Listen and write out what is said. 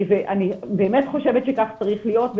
אני באמת חושבת שכך צריך להיות,